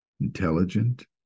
intelligent